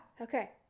okay